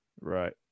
Right